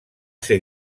ser